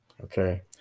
okay